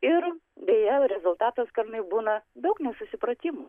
ir beje rezultatas kartais būna daug nesusipratimų